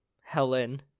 Helen